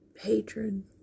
hatred